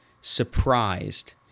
surprised